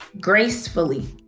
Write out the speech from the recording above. gracefully